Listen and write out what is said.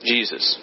Jesus